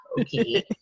Okay